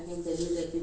mmhmm